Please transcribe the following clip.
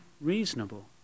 reasonable